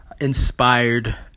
inspired